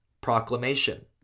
proclamation